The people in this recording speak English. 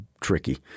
tricky